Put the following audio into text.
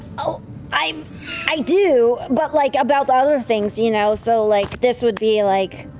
ah i um i do. but like about other things, you know. so like this would be, like